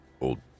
Old